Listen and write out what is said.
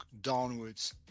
downwards